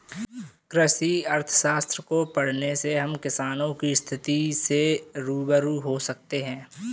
कृषि अर्थशास्त्र को पढ़ने से हम किसानों की स्थिति से रूबरू हो सकते हैं